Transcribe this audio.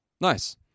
Nice